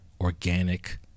organic